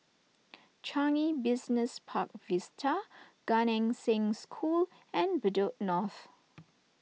Changi Business Park Vista Gan Eng Seng School and Bedok North